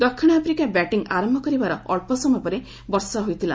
ଦକ୍ଷିଣ Africa batting ଆରମ୍ଭ କରିବାର ଅଳ୍ପ ସମୟ ପରେ ବର୍ଷା ହୋଇଥିଲା